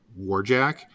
warjack